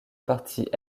partie